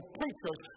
preachers